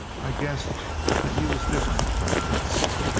i guessed that you was different from the rest.